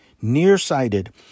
nearsighted